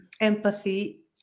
empathy